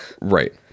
Right